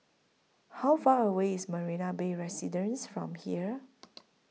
How Far away IS Marina Bay Residences from here